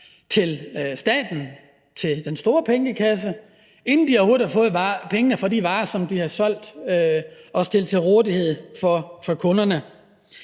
til staten, til den store pengekasse, inden de overhovedet har fået pengene for de varer, som de har solgt og stillet til rådighed for kunderne.